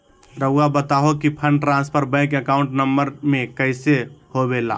रहुआ बताहो कि fund transfer bank account number में कैसे होबेला?